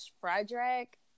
Frederick